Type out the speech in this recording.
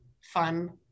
fun